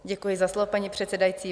Děkuji za slovo, paní předsedající.